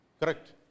correct